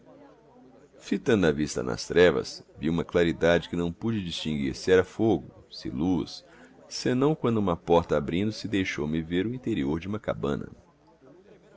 fitando a vista nas trevas vi uma claridade que não pude distinguir se era fogo se luz senão quando uma porta abrindo-se deixou-me ver o interior de uma cabana